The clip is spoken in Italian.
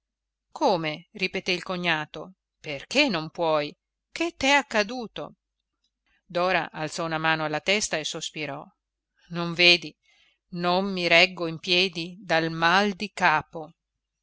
come ripeté il cognato perché non puoi che t'è accaduto dora alzò una mano alla testa e sospirò non vedi non mi reggo in piedi dal mal di capo